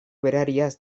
berariaz